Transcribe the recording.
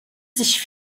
sich